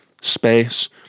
space